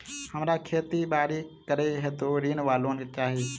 हमरा खेती बाड़ी करै हेतु ऋण वा लोन चाहि?